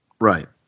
Right